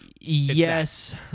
Yes